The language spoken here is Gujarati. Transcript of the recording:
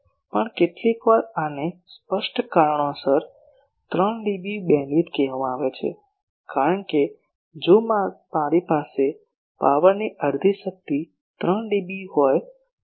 પણ કેટલીકવાર આને સ્પષ્ટ કારણોસર 3 ડીબી બીમવિડ્થ કહેવામાં આવે છે કારણ કે જો મારી પાસે પાવરની અડધી શક્તિ 3 ડીબી હોય તો